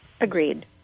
Agreed